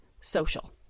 social